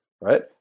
right